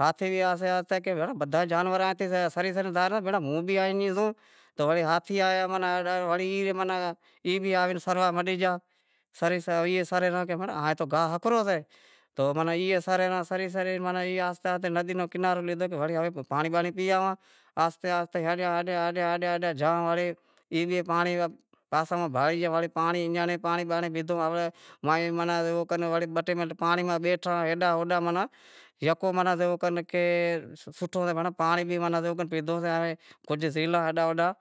ہاتھی بھی ایئں آہستے آہستے کہ بھئی بدہا جانور ایئں سری سری زائیں پرہا بھینڑاں موں بھی آئے انیں زوں تو وڑے ہاتھی آئے ای بھی ماناں آئے سروا مٹی گیا۔ ایئے سرے رہاں کہ بھینڑاں ای تو گاہ آنپھرو سے تو ای سرے رہاں سری سری آہستے آہستے ندی رو کنارو لیدہو کہ ہوے پانڑی بانڑی پیئے آواں۔ آہستے آہستے ہالیا ہالیا ہالیا ہالیا ہالیا جاں وڑے پانڑی رے پاسے بھانڑی گیا، ایئاں ای بھی پانڑی بانڑی پیدہو۔ ماہیں ماناں بہ ٹے منٹ پانڑی ماہ بیٹھا ہیڈاں ہوڈاں ماناں یکو مانں جیوو کر سوٹھو شے ماناں پانڑی بانڑی زیوو کر پیدہو سے ہوے کجھ زیلہاں ہیڈاں ہوڈاں